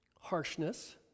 harshness